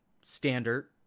standard